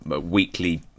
weekly